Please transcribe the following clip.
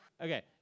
Okay